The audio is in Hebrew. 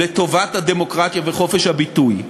לטובת הדמוקרטיה וחופש הביטוי.